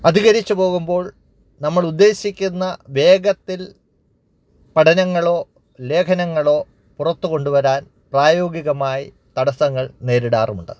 അധികരിച്ചു പോകുമ്പോൾ നമ്മൾ ഉദ്ദേശിക്കുന്ന വേഗത്തിൽ പഠനങ്ങളോ ലേഖനങ്ങളോ പുറത്തു കൊണ്ടുവരാൻ പ്രായോഗികമായി തടസ്സങ്ങൾ നേരിടാറുമുണ്ട്